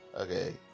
Okay